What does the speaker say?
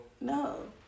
No